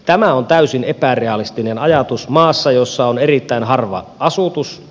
tämä on täysin epärealistinen ajatus maassa jossa on erittäin harva asutus